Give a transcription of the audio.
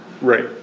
Right